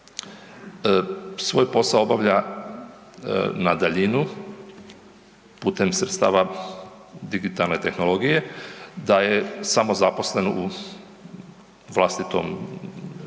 svoj posao obavlja na daljinu putem sredstava digitalne tehnologije, da je samozaposlen u vlastitom tvrtci,